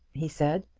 he said.